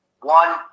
One